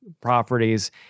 properties